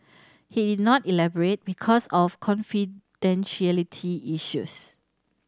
he did not elaborate because of confidentiality issues